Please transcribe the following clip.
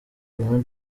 bruno